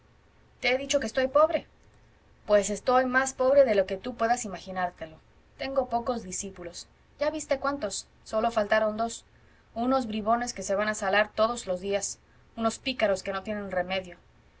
te he dicho que estoy pobre pues estoy más pobre de lo que tú puedas imaginártelo tengo pocos discípulos ya viste cuántos sólo faltaron dos unos bribones que se van a salar todos los días unos pícaros que no tienen remedio